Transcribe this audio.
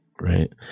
Right